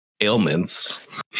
Ailments